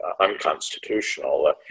unconstitutional